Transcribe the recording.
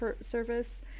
service